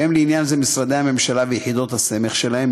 שהם לעניין זה משרדי הממשלה ויחידות הסמך שלהם,